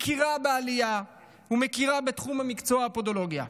מכירה בעלייה ומכירה בתחום מקצוע הפודולוגיה,